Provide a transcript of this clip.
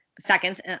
seconds